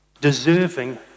deserving